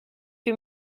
que